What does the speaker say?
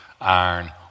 iron